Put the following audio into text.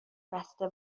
بسته